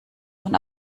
von